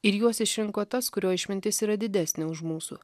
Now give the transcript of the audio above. ir juos išrinko tas kurio išmintis yra didesnė už mūsų